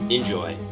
Enjoy